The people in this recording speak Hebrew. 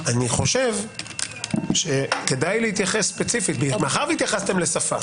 אני חושב שכדאי להתייחס ספציפית מאחר שהתייחסתם לשפה